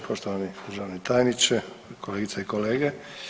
Poštovani državni tajniče, kolegice i kolege.